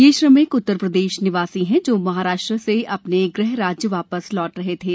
ये श्रमिक उत्तरप्रदेश निवासी हैं जो महाराष्ट्र से अपने गृहराज्य वापस लौट रहे थे